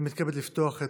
ירושלים, הכנסת,